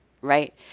right